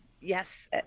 yes